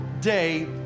day